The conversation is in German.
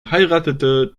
heiratete